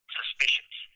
suspicious